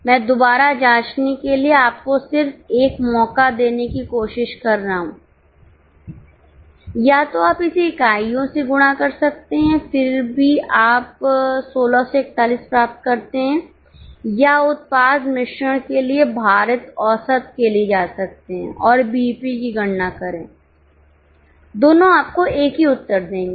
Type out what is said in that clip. मैं दुबारा जाँचने के लिए आपको सिर्फ एक मौका देने की कोशिश कर रहा हूं या तो आप इसे इकाइयों से गुणा कर सकते हैं फिर भी आप 1641 प्राप्त करते हैं या उत्पाद मिश्रण के लिए भारित औसत के लिए जा सकते हैं और बीईपी की गणना करें दोनों आपको एक ही उत्तर देंगे